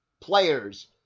players